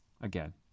Again